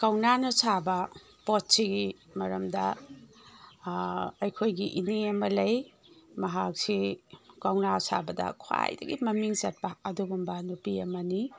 ꯀꯧꯅꯥꯅ ꯁꯥꯕ ꯄꯣꯠꯁꯤꯒꯤ ꯃꯔꯝꯗ ꯑꯩꯈꯣꯏꯒꯤ ꯏꯅꯦ ꯑꯃ ꯂꯩ ꯃꯍꯥꯛꯁꯤ ꯀꯧꯅꯥ ꯁꯥꯕꯗ ꯈ꯭ꯋꯥꯏꯗꯒꯤ ꯃꯃꯤꯡ ꯆꯠꯄ ꯑꯗꯨꯒꯨꯝꯕ ꯅꯨꯄꯤ ꯑꯃꯅꯤ